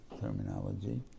terminology